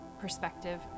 perspective